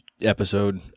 episode